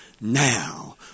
Now